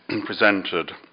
presented